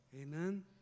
Amen